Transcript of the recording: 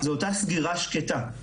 זה אותה סגירה שקטה,